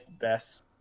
best